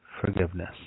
forgiveness